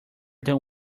than